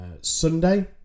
Sunday